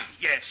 Yes